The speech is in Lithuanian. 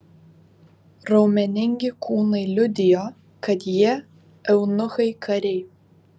raumeningi kūnai liudijo kad jie eunuchai kariai